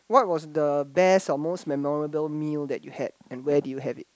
what was the best or most memorable meal that you had and where did you have it